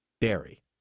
Dairy